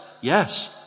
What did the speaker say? yes